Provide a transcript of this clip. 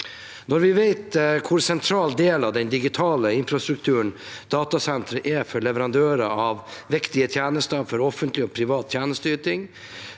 Når vi vet hvor sentral del av den digitale infrastrukturen datasentre er for leverandører av viktige tjenester, for offentlig og privat tjenesteyting,